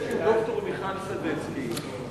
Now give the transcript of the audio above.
יש ד"ר סיגל סדצקי,